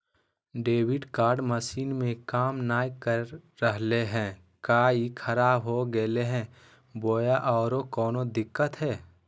Debit card machine में काम नाय कर रहले है, का ई खराब हो गेलै है बोया औरों कोनो दिक्कत है?